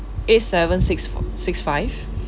eight seven six fo~ six five